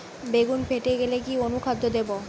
বেগুন ফেটে গেলে কি অনুখাদ্য দেবো?